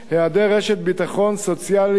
4. היעדר רשת ביטחון סוציאלית